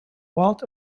walt